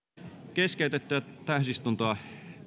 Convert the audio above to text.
keskeytettyä täysistuntoa